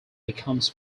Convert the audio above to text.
becomes